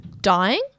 Dying